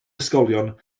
ysgolion